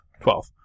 Twelve